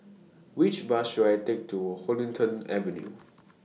Which Bus should I Take to Huddington Avenue